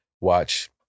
watch